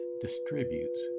distributes